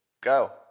Go